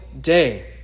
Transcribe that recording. day